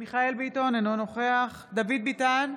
מיכאל מרדכי ביטון, אינו נוכח דוד ביטן,